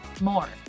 more